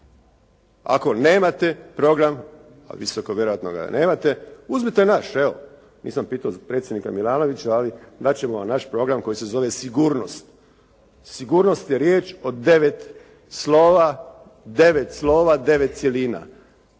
se ne razumije./… vjerojatno ga nemate uzmite naš evo. Nisam pitao predsjednika Milanovića, ali dat ćemo vam naš program koji se zove sigurnost. Sigurnost je riječ od 9 slova, 9 slova 9 cjelina.